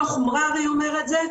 דו"ח מררי אומר את זה,